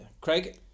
Craig